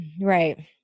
Right